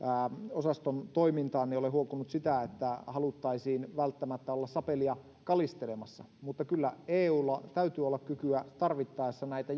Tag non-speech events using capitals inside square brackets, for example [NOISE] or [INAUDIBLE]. osaston toimintaan ole huokunut sitä että haluttaisiin välttämättä olla sapelia kalistelemassa mutta kyllä eulla täytyy olla kykyä tarvittaessa näitä [UNINTELLIGIBLE]